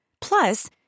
Plus